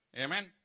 Amen